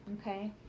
okay